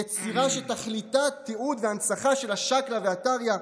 יצירה שתכליתה תיעוד והנצחה של השקלא והטריא.